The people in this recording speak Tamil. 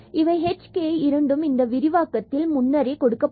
இவை hk இரண்டும் இந்த விரிவாக்கத்தில் முன்னரே கொடுக்கப்பட்டுள்ளன